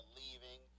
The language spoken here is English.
leaving